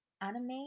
anime